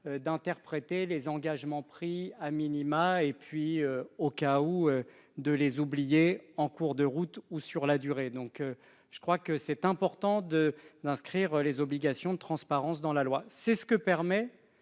d'interpréter les engagements pris et, le cas échéant, de les oublier en cours de route, sur la durée. Je crois donc qu'il est important d'inscrire les obligations de transparence dans la loi. C'est ce que permet